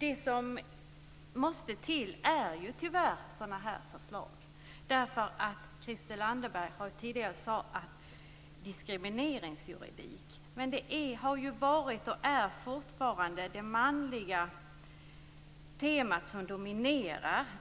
här förslag måste tyvärr till. Christel Anderberg nämnde tidigare diskrimineringsjuridik, men det har ju varit och är fortfarande det manliga temat som dominerar.